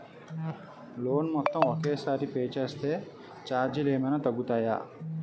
Loan మొత్తం ఒకే సారి పే చేస్తే ఛార్జీలు ఏమైనా తగ్గుతాయా?